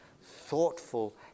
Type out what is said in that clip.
thoughtful